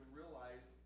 realize